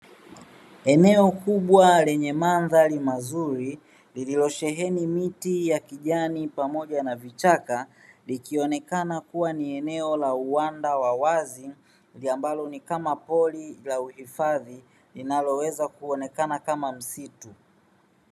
Eneo kubwa lenye mandhari mazuri lililosheheni miti ya kijani pamoja na vichaka, likionekana kuwa ni eneo la uwanda wa wazi ambalo ni kama pori la uhifadhi linaloweza kuonekana kama msitu.